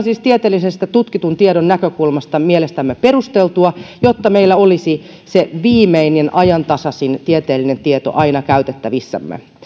siis ihan tieteellisestä tutkitun tiedon näkökulmasta mielestämme perusteltua jotta meillä olisi se viimeinen ajantasaisin tieteellinen tieto aina käytettävissämme